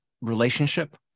relationship